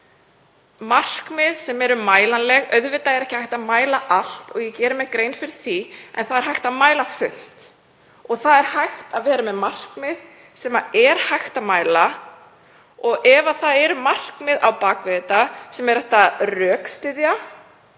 markmið sem eru mælanleg — auðvitað er ekki hægt að mæla allt og ég geri mér grein fyrir því. En það er hægt að mæla fullt. Það er hægt að vera með markmið sem er hægt að mæla og ef það eru markmið á bak við sem hægt er að rökstyðja,